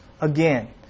again